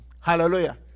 Hallelujah